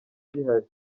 gihari